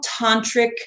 tantric